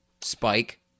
Spike